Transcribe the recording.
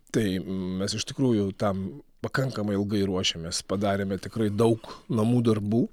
tai mes iš tikrųjų tam pakankamai ilgai ruošėmės padarėme tikrai daug namų darbų